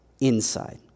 inside